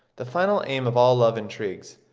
the final aim of all love intrigues,